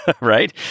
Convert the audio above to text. Right